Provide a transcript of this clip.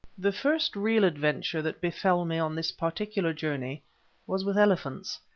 the first real adventure that befell me on this particular journey was with elephants,